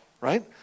right